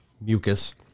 mucus